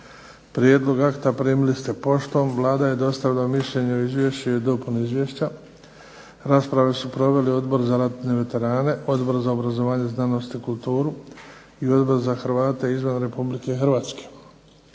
Prijedlog akta primili ste poštom. Vlada je dostavila mišljenje o izvješću i o dopuni izvješća. Raspravu su proveli Odbor za ratne veterane, Odbor za obrazovanje, znanost i kulturu i Odbor za Hrvate izvan RH. Izvješća ste